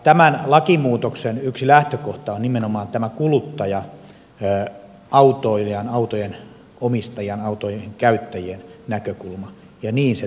tämän lakimuutoksen yksi lähtökohta on nimenomaan tämän kuluttajan autoilijan auton omistajan auton käyttäjän näkökulma ja niin sen tulee olla